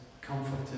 comforted